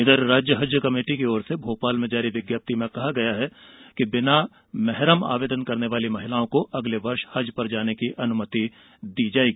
इधर राज्य हज कमेटी की ओर से भोपाल में जारी विज्ञप्ति में कहा गया है कि बिना मेहरम आवेदन करने वाली महिलाओं को अगले वर्ष हज पर जाने की अनुमति दी जायेगी